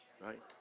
right